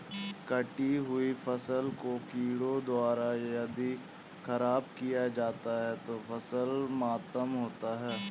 कटी हुयी फसल को कीड़ों द्वारा यदि ख़राब किया जाता है तो फसल मातम होता है